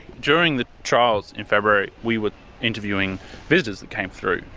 during the trials in february we were interviewing visitors that came through,